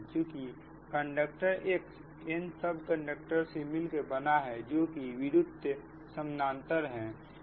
चुकी conductor X n सब conductor से मिलकर बना है जो कि विद्युत समानांतर है